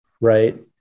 Right